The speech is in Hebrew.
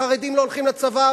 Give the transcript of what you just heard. החרדים לא הולכים לצבא,